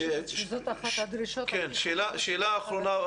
שאלה אחרונה,